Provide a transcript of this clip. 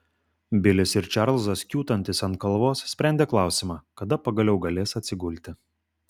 bilis ir čarlzas kiūtantys ant kalvos sprendė klausimą kada pagaliau galės atsigulti